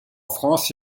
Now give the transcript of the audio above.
france